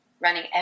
running